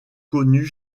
connues